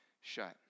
shut